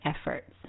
efforts